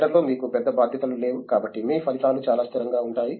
కేడర్లో మీకు పెద్ద బాధ్యతలు లేవు కాబట్టి మీ ఫలితాలు చాలా స్థిరంగా ఉంటాయి